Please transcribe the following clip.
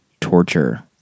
torture